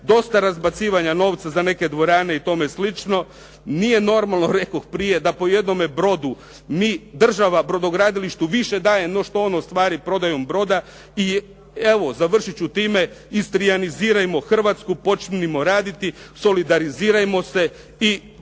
Dosta razbacivanja novca za neke dvorane i tome slično. Nije normalno, rekoh prije, da po jednome brodu mi država brodogradilištu više daje no što on ostvari prodajom broda. I evo, završit ću time. Istrianizirajmo Hrvatsku, počnimo raditi, solidalizirajmo se i